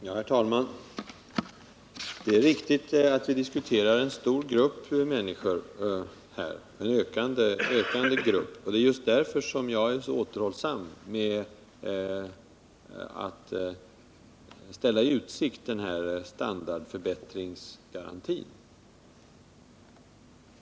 Herr talman! Det är riktigt att vi diskuterar en stor grupp människor — en ökande grupp — och det är just därför som jag är så återhållsam med att här ställa i utsikt en standardförbättringsgaranti.